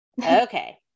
Okay